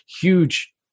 huge